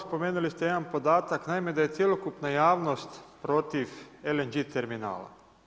Spomenuli ste jedan podatak, naime da je cjelokupna javnost protiv LNG terminala.